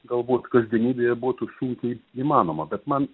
galbūt kasdienybėje būtų sunkiai įmanoma bet man